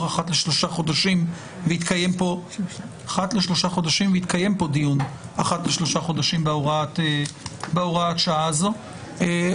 אחת לשלושה חודשים ויתקיים כאן דיון בהוראת השעה הזאת אחת לשלושה חודשים.